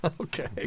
Okay